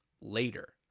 later